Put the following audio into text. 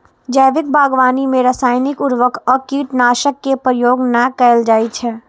जैविक बागवानी मे रासायनिक उर्वरक आ कीटनाशक के प्रयोग नै कैल जाइ छै